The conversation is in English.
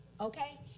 Okay